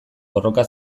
borroka